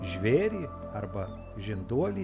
žvėrį arba žinduolį